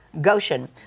Goshen